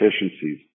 efficiencies